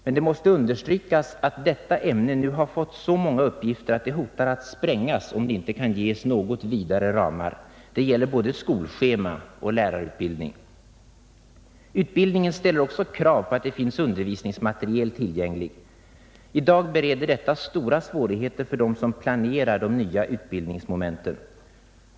Men det måste understrykas att detta ämne nu har fått så många uppgifter att det hotar att sprängas, om det inte kan ges något vidare ramar. Det gäller både skolschema och lärarutbildning. Utbildningen ställer också krav på att det finns undervisningsmateriel tillgänglig. I dag bereder detta stora svårigheter för dem som planerar de nya utbildningsmomenten.